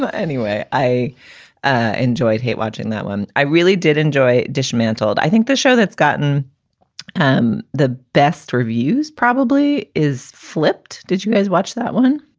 anyway, i i enjoyed hate watching that one. i really did enjoy dismantled i think the show that's gotten um the best reviews probably is flipped. did you guys watch that one?